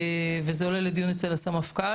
וזה עולה לדיון אצל הסמפכ"ל.